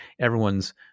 everyone's